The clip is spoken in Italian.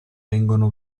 vengono